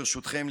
ברשותכם,